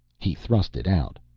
he thrust it out.